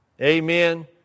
Amen